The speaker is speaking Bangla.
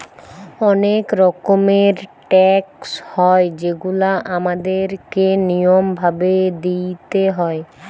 অনেক রকমের ট্যাক্স হয় যেগুলা আমাদের কে নিয়ম ভাবে দিইতে হয়